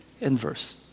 inverse